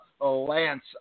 Lance